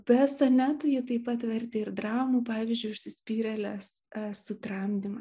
be sonetų ji taip pat vertė ir dramų pavyzdžiui užsispyrėlės sutramdymą